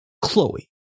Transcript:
Chloe